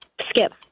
Skip